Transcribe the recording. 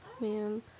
Man